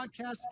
Podcast